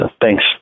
thanks